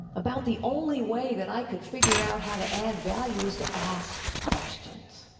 about the only way that i could figure out how to add value was to ask questions.